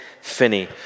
Finney